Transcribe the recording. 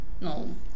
no